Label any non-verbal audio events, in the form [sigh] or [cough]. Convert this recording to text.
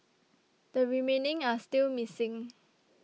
the remaining are still missing [noise]